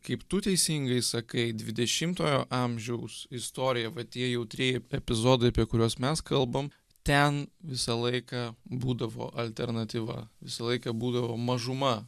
kaip tu teisingai sakai dvidešimtojo amžiaus istorija va tie jautrieji epizodai apie kuriuos mes kalbam ten visą laiką būdavo alternatyva visą laiką būdavo mažuma